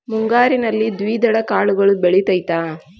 ಮುಂಗಾರಿನಲ್ಲಿ ದ್ವಿದಳ ಕಾಳುಗಳು ಬೆಳೆತೈತಾ?